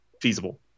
feasible